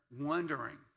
wondering